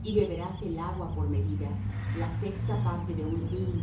y beberás el agua por medida la sexta parte de un